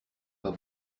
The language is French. pas